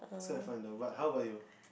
so I find the what how about you